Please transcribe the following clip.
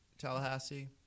Tallahassee